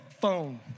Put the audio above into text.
phone